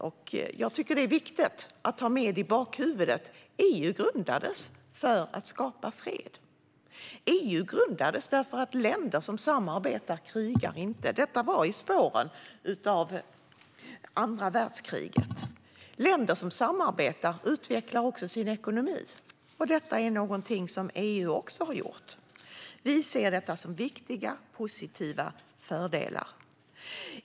Jag tycker att det är viktigt att ha med i bakhuvudet att EU grundades för att skapa fred. EU grundades därför att länder som samarbetar inte krigar. Detta var i spåren av andra världskriget. Länder som samarbetar utvecklar också sin ekonomi. Detta är något som EU också har gjort. Vi ser detta som viktiga och positiva fördelar.